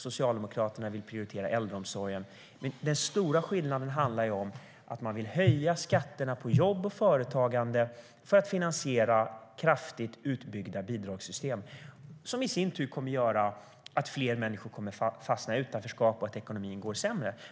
Socialdemokraterna vill prioritera äldreomsorgen. Den stora skillnaden handlar om att man vill höja skatterna på jobb och företagande för att finansiera kraftigt utbyggda bidragssystem, som i sin tur kommer att göra att fler människor kommer att fastna i utanförskap och att ekonomin går sämre.